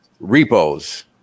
repos